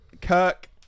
Kirk